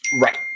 Right